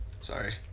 Sorry